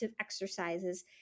exercises